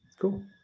cool